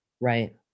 Right